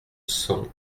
cent